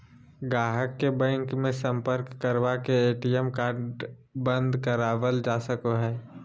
गाहक के बैंक मे सम्पर्क करवा के ए.टी.एम कार्ड बंद करावल जा सको हय